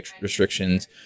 restrictions